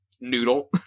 Noodle